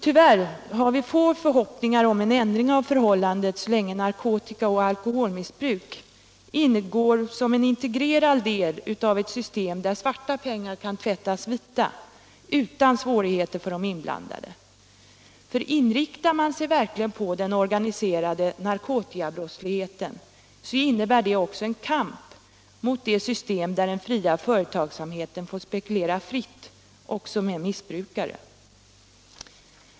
Tyvärr har vi få förhoppningar om en ändring av förhållandet så länge narkotikaoch alkoholmissbruk ingår som en integrerad del av ett system, där svarta pengar kan tvättas vita utan svårigheter för de inblandade. För inriktar man sig på den organiserade narkotikabrottsligheten, innebär det också en kamp mot det system, där den fria företagsamheten får spekulera fritt även med missbrukare.